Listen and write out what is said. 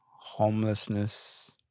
homelessness